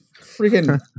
freaking